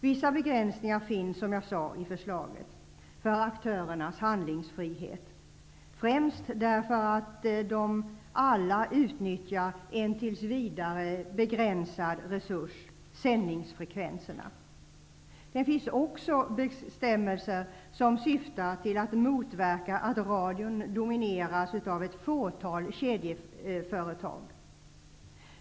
Vissa begränsningar föreslås, som jag sade, för aktörernas handlingsfrihet, främst därför att de alla utnyttjar en tills vidare begränsad resurs -- sändningsfrekvenserna. Det finns också bestämmelser som syftar till att motverka att radion domineras av ett fåtal kedjeföretag.